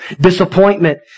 disappointment